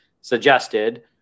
suggested